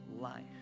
life